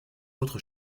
autres